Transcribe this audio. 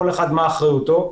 ייעשו.